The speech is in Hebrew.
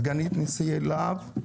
סגנית נשיאי להב,